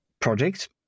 project